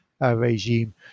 regime